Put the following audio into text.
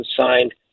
signed